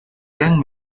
gran